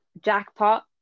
Jackpot